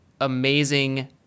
amazing